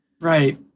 Right